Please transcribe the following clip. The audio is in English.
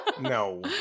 No